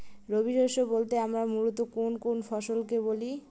রবি শস্য বলতে আমরা মূলত কোন কোন ফসল কে বলি?